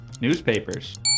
Newspapers